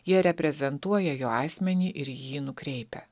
jie reprezentuoja jo asmenį ir jį nukreipia